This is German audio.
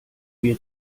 wir